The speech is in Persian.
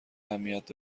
اهمیت